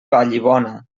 vallibona